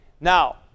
Now